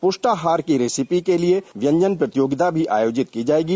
पुष्टाहार की रेसिपी के लिए व्यंजन प्रतियोगिता भी आयोजित की जाएगी